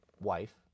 wife